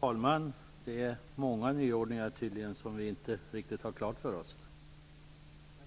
Herr talman! Det är tydligen många nyordningar som vi inte har riktigt klara för oss.